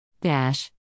Dash